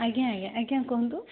ଆଜ୍ଞା ଆଜ୍ଞା ଆଜ୍ଞା କୁହନ୍ତୁ